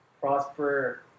prosper